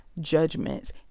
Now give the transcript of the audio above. judgments